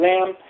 Lamb